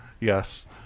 Yes